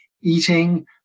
eating